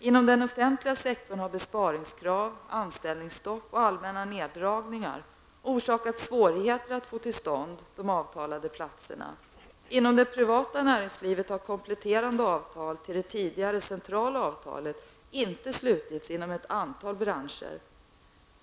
Inom den offentliga sektorn har besparingskrav, anställningsstopp och allmänna neddragningar orsakat svårigheter att få till stånd avtalade platser. Inom det privata näringslivet har kompletterande avtal, till det tidigare centrala avtalet, inte slutits inom ett antal branscher.